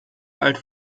alt